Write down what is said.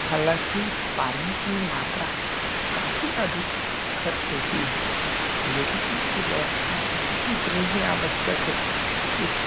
हालांकि पानी की मात्रा काफ़ी अधिक खर्च होती है लेकिन इसकी व्यवस्था भी उतनी ही आवश्यक है एक